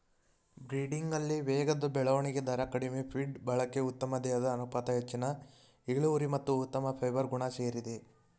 ಬ್ರೀಡಿಂಗಲ್ಲಿ ವೇಗದ ಬೆಳವಣಿಗೆ ದರ ಕಡಿಮೆ ಫೀಡ್ ಬಳಕೆ ಉತ್ತಮ ದೇಹದ ಅನುಪಾತ ಹೆಚ್ಚಿನ ಇಳುವರಿ ಮತ್ತು ಉತ್ತಮ ಫೈಬರ್ ಗುಣ ಸೇರಿದೆ